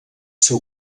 ser